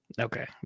Okay